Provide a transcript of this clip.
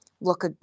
look